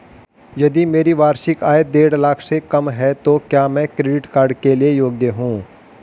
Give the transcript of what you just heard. यदि मेरी वार्षिक आय देढ़ लाख से कम है तो क्या मैं क्रेडिट कार्ड के लिए योग्य हूँ?